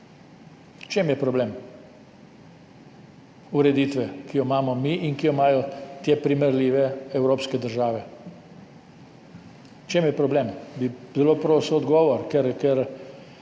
čem je problem ureditve, ki jo imamo mi, in ureditve, ki jo imajo te primerljive evropske države? V čem je problem? Zelo bi prosil za odgovor, ker